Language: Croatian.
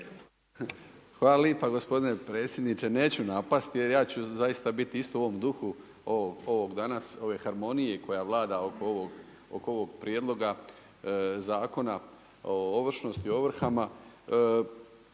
Hvala lijepa gospodine predsjedniče. Neću napast jer ja ću zaista biti isto u ovom duhu ovog danas, ove harmonije koja vlada oko ovog prijedloga zakona ovršnosti, ovrhama.